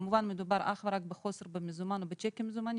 כמובן מדובר אך ורק בחוסר במזומן או בצ'קים מזומנים,